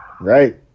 Right